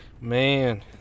Man